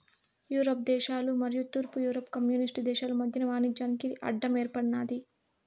Europe దేశాలు మరియు తూర్పు యూరప్ కమ్యూనిస్టు దేశాలు మధ్యన వాణిజ్యానికి అడ్డం ఏర్పడినాది